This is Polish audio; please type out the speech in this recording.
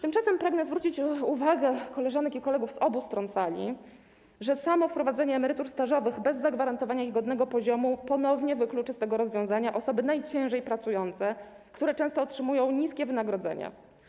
Tymczasem pragnę zwrócić uwagę koleżanek i kolegów z obu stron sali na to, że samo wprowadzenie emerytur stażowych bez zagwarantowania ich godnego poziomu ponownie wykluczy z tego rozwiązania osoby najciężej pracujące, które często otrzymują niskie wynagrodzenia.